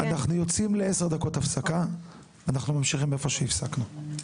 אנחנו יוצאים לעשר דקות הפסקה; נמשיך מאיפה שהפסקנו.